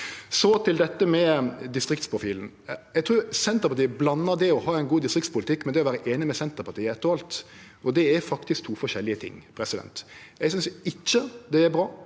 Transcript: Så til dette med distriktsprofilen: Eg trur Senterpartiet blandar det å ha ein god distriktspolitikk med det å vere einig med Senterpartiet i eitt og alt. Det er faktisk to forskjellige ting. Eg synest ikkje det er bra